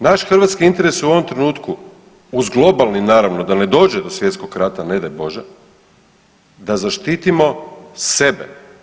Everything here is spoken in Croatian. Naš hrvatski interes u ovom trenutku uz globalni naravno da ne dođe do svjetskog rata ne daj Bože, da zaštitimo sebe.